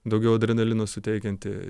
daugiau adrenalino suteikianti